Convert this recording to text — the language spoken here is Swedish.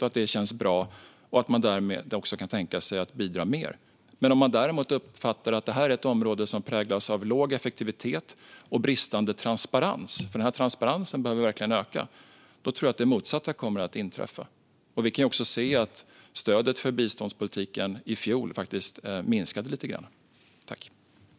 Då känns det bra, och därmed kan man också tänka sig att bidra mer. Om man däremot uppfattar att det här är ett område som präglas av låg effektivitet och bristande transparens tror jag att det motsatta kommer att inträffa. Vi kan också se att stödet för biståndspolitiken i fjol faktiskt minskade lite grann. Transparensen behöver verkligen öka.